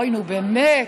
אוי, נו, באמת.